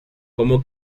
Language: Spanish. como